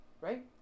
Right